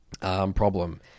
problem